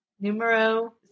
Numero